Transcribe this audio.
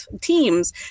teams